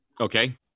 Okay